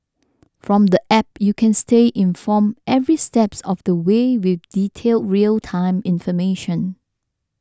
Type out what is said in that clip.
from the app you can stay informed every steps of the way with detailed real time information